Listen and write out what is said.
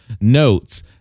notes